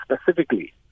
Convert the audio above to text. specifically